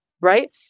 right